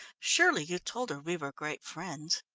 surely you told her we were great friends?